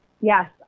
yes